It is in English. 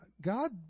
God